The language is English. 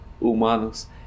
Humanos